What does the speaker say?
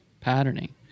patterning